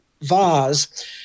Vaz